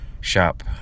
shop